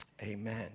amen